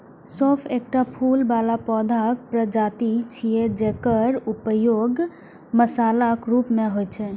सौंफ एकटा फूल बला पौधाक प्रजाति छियै, जकर उपयोग मसालाक रूप मे होइ छै